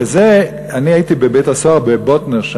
אני הייתי בבית-הסוהר "באטנר".